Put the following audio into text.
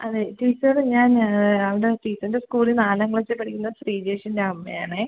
അതെ ടീച്ചറെ ഞാൻ അവിടെ ടീച്ചറിൻ്റെ സ്കൂളി നാലാം ക്ലാസിൽ പഠിക്കുന്ന ശ്രീജേഷിൻ്റെ അമ്മയാണ്